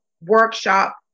workshop